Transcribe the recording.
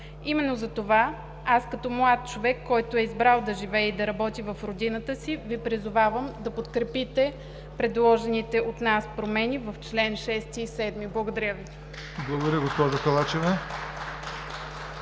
Именно затова, аз като млад човек, който е избрал да живее и да работи в родината си, Ви призовавам да подкрепите предложените от нас промени в членове 6 и 7. Благодаря Ви.